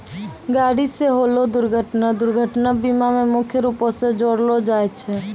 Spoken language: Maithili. गाड़ी से होलो दुर्घटना दुर्घटना बीमा मे मुख्य रूपो से जोड़लो जाय छै